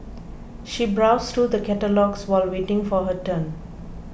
she browsed through the catalogues while waiting for her turn